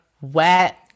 wet